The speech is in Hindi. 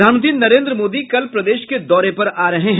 प्रधानमंत्री नरेन्द्र मोदी कल प्रदेश के दौरे पर आ रहे हैं